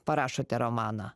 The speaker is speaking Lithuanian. parašote romaną